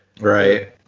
right